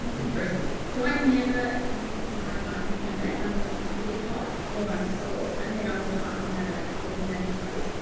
impressive. carly so i never use my parking permit unless it's really hot or i'm sore and then i will park in a designated space.